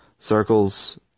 Circles